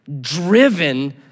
Driven